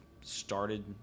started